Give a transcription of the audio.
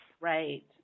Right